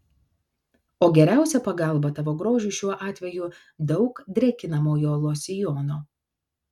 o geriausia pagalba tavo grožiui šiuo atveju daug drėkinamojo losjono